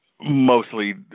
mostly